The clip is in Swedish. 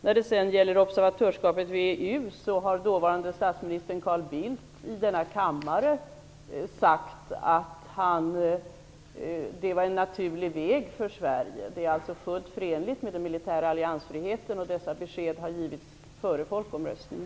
När det sedan gäller observatörsskapet i VEU har dåvarande statsministern Carl Bildt i denna kammare sagt att det var en naturlig väg för Sverige. Det är alltså fullt förenligt med den militära alliansfriheten. Dessa besked har givits före folkomröstningen.